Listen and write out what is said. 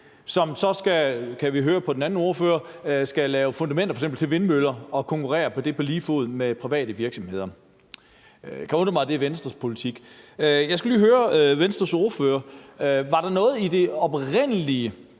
som så, som vi kan høre det på den anden ordfører, skal lave fundamenter til f.eks. vindmøller og konkurrere på det på lige fod med private virksomheder. Det kan undre mig, at det er Venstres politik. Jeg skal lige høre Venstres ordfører om noget: Var der noget i det oprindelige